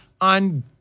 on